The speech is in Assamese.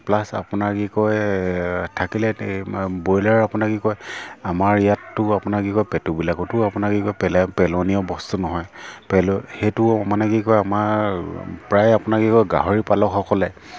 প্লাছ আপোনাৰ কি কয় থাকিলে এই ব্ৰইলাৰ আপোনাৰ কি কয় আমাৰ ইয়াততো আপোনাৰ কি কয় পেটুবিলাকোতো আপোনাৰ কি কয় পেলাই পেলনীয়া বস্তু নহয় পেলো সেইটো মানে কি কয় আমাৰ প্ৰায় আপোনাৰ কি কয় গাহৰি পালকসকলে